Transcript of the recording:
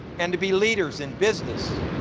and to be leaders in business,